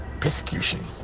persecution